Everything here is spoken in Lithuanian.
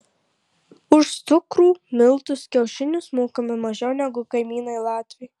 už cukrų miltus kiaušinius mokame mažiau negu kaimynai latviai